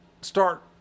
start